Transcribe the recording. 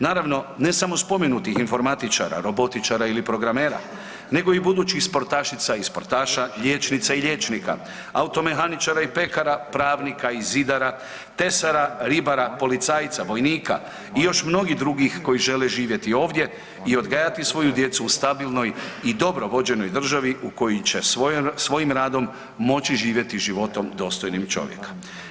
Naravno ne samo spomenutih informatičara, robotičara ili programera nego i budućih sportašica i sportaša, liječnica i liječnika, automehaničara i pekara, pravnika i zidara, tesara, ribara, policajca, vojnika i još mnogih drugih koji žele živjeti ovdje i odgajati svoju djecu u stabilnoj i dobro vođenoj državi u kojoj će svojim radom moći živjeti životom dostojnim čovjeka.